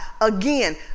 Again